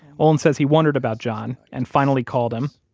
olin says he wondered about john, and finally called him,